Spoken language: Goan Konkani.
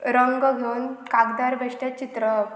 रंग घेवन कागदार बेश्टें चित्रवप